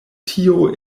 tio